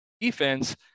defense